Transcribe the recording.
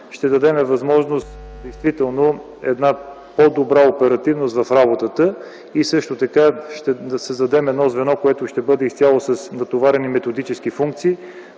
ще дадем възможност действително за една по-добра оперативност в работата. Също така ще създадем звено, което ще бъде изцяло натоварено с методически функции